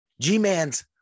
G-Man's